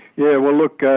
yeah, well look,